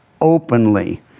openly